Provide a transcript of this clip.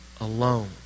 Alone